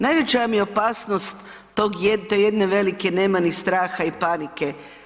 Najveća vam je opasnost te jedne velike nemani straha i panike.